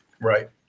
Right